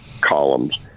columns